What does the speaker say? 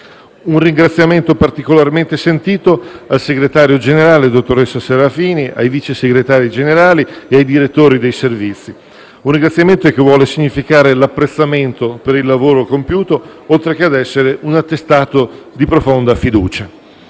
un ringraziamento particolarmente sentito al Segretario Generale, dottoressa Serafin, ai Vice Segretari Generali e ai Direttori dei Servizi. Si tratta di un ringraziamento che vuole significare l'apprezzamento per il lavoro compiuto, oltre che un attestato di profonda fiducia.